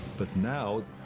but now,